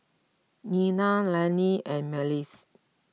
Nena Lanny and Myles